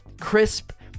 crisp